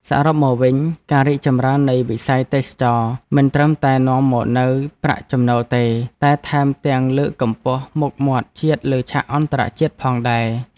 សរុបមកវិញ ការរីកចម្រើននៃវិស័យទេសចរណ៍មិនត្រឹមតែនាំមកនូវប្រាក់ចំណូលទេ តែថែមទាំងលើកកម្ពស់មុខមាត់ជាតិលើឆាកអន្តរជាតិផងដែរ។